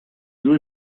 due